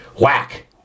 whack